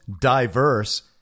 diverse